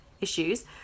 issues